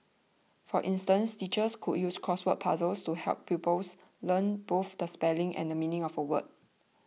for instance teachers could use crossword puzzles to help pupils learn both the spelling and the meaning of a word